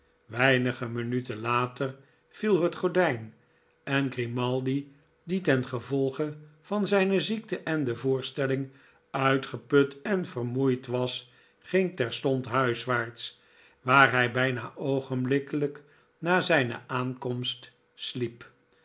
weinige minuten later viel het gordijn en grimaldi die ten gevolge van zijne ziekte en de voorstelling uitgeput en vermoeid was ging terstond huiswaarts waar hij bijna oogenblikkelijk na zijne aankomst sliep